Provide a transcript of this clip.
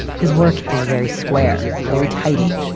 his work is very square, very tidy.